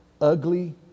ugly